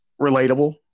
relatable